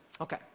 Okay